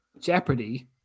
Jeopardy